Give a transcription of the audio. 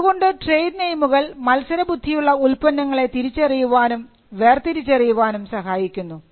അതുകൊണ്ട് ട്രേഡ് നെയിമുകൾ മത്സര ബുദ്ധിയുള്ള ഉൽപ്പന്നങ്ങളെ തിരിച്ചറിയാനും വേർതിരിച്ചറിയനും സഹായിക്കുന്നു